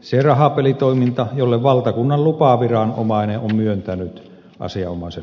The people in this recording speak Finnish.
se rahapelitoiminta jolle valtakunnan lupaviranomainen on myöntänyt asianomaisen luvan